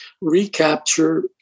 Recapture